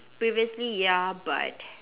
previously ya but